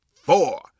four